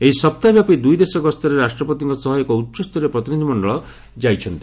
ଏହା ସପ୍ତାହବ୍ୟାପୀ ଦୁଇ ଦେଶ ଗସ୍ତରେ ରାଷ୍ଟ୍ରପତିଙ୍କ ସହ ଏକ ଉଚ୍ଚସ୍ତରୀୟ ପ୍ରତିନିଧିମଶ୍ଚଳ ଯାଇଛନ୍ତି